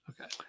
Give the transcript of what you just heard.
Okay